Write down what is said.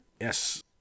Yes